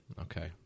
Okay